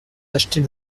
d’acheter